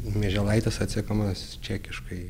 mieželaitis atsekamas čekiškai